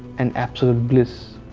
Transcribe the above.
and absolute bliss.